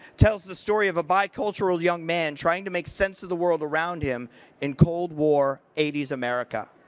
tells the story of a bicultural young man trying to make sense of the world around him in cold war eighty s america.